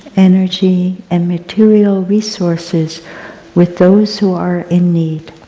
energy, and material resources with those who are in need.